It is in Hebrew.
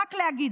רק להגיד.